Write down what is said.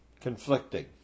conflicting